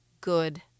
good